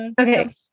Okay